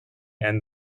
and